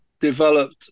developed